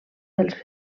dels